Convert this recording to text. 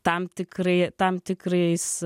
tam tikrai tam tikrais